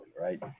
Right